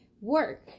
work